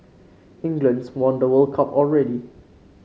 England's won the World Cup already